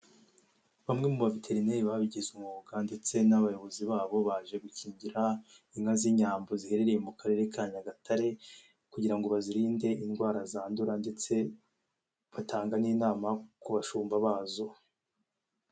Bamwe mu baveterineri babigize umwuga ndetse n'abayobozi babo baje gukingira inka z'inyambo ziherereye mu karere ka Nyagatare. Kugira ngo bazirinde indwara zandura ndetse batanga n'inama ku bashumba bazo.